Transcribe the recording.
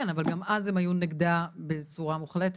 כן, אבל גם אז הם היו נגדה בצורה מוחלטת.